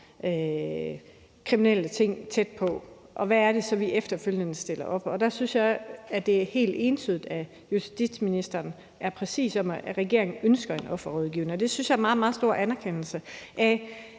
kriminelle ting tæt på, og hvad vi så efterfølgende stiller op. Der synes jeg, det er helt entydigt, og justitsministeren er præcis med hensyn til det, at regeringen ønsker en offerrådgivning, og det synes jeg er en meget, meget stor anerkendelse af,